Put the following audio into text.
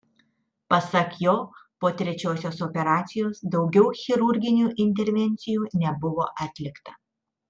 pasak jo po trečiosios operacijos daugiau chirurginių intervencijų nebuvo atlikta